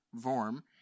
Vorm